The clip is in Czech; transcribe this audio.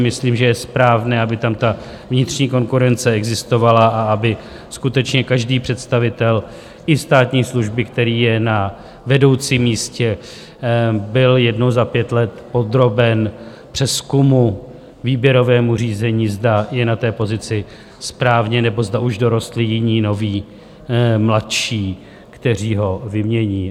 Myslím, že je správné, aby tam ta vnitřní konkurence existovala a aby skutečně každý představitel i státní služby, který je na vedoucím místě, byl jednou za pět let podroben přezkumu, výběrovému řízení, zda je na té pozici správně, nebo zda už dorostli jiní, noví, mladší, kteří ho vymění.